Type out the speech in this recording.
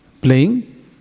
playing